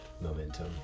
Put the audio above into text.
momentum